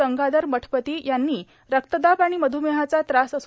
गंगाधर मठपती यांनी रक्तदाब आणि मध्मेहाचा त्रास आहे